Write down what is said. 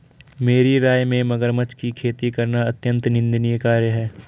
मेरी राय में मगरमच्छ की खेती करना अत्यंत निंदनीय कार्य है